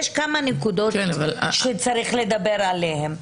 יש כמה נקודות שצריך לדבר עליהן,